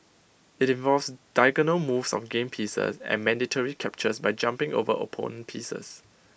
IT involves diagonal moves on game pieces and mandatory captures by jumping over opponent pieces